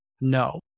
No